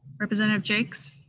representative jaques?